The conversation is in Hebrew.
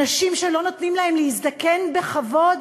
אנשים שלא נותנים להם להזדקן בכבוד?